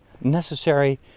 Necessary